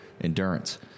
endurance